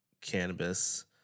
cannabis